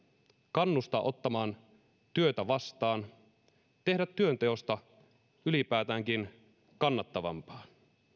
kannustaa ottamaan työtä vastaan tehdä työnteosta ylipäätäänkin kannattavampaa